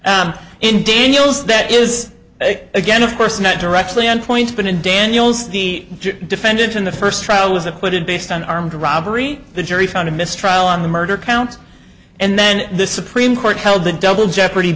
s in daniels that is again of course not directly on point but in daniels the defendant in the first trial was acquitted based on armed robbery the jury found a mistrial on the murder count and then the supreme court held the double jeopardy